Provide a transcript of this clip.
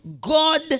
God